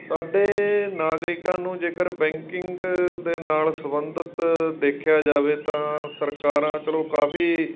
ਸਾਡੇ ਨਾਗਰਿਕਾਂ ਨੂੰ ਜੇਕਰ ਬੈਂਕਿੰਗ ਦੇ ਨਾਲ ਸੰਬੰਧਿਤ ਦੇਖਿਆ ਜਾਵੇ ਤਾਂ ਸਰਕਾਰਾਂ ਚਲੋ ਕਾਫੀ